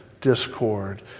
discord